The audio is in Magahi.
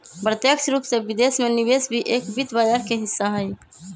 प्रत्यक्ष रूप से विदेश में निवेश भी एक वित्त बाजार के हिस्सा हई